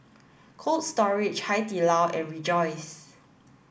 Cold Storage Hai Di Lao and Rejoice